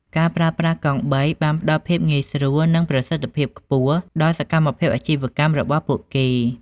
ការប្រើប្រាស់កង់បីបានផ្តល់ភាពងាយស្រួលនិងប្រសិទ្ធភាពខ្ពស់ដល់សកម្មភាពអាជីវកម្មរបស់ពួកគេ។